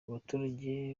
abaturage